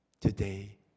today